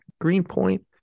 Greenpoint